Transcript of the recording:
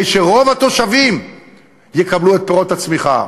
שרוב התושבים יקבלו את פירות הצמיחה.